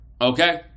Okay